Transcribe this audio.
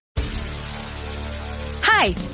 hi